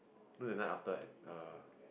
know that night after I err